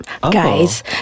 guys